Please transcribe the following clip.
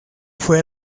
fue